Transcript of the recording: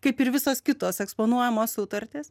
kaip ir visos kitos eksponuojamos sutartys